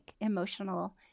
emotional